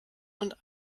und